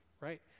right